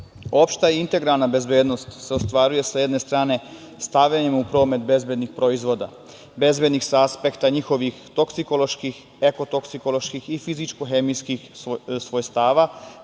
i integralna bezbednost se ostvaruje sa jedne strane stavljanjem u promet bezbednih proizvoda, bezbednih sa aspekta njihovih toksikoloških, ekotoksikoloških i fizičko-hemijskih svojstava